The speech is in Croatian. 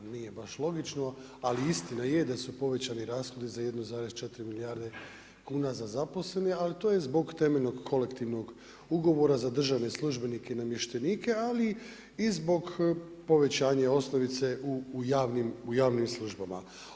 Nije baš logično, ali istina je da su povećani rashodi za 1,4 milijarde kuna za zaposlene ali to je zbog temeljnog kolektivnog ugovora za državne službenike i namještenike, ali i zbog povećanja osnovice u javnim službama.